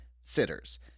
sitters